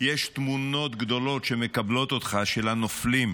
יש תמונות גדולות שמקבלות אותך, של הנופלים,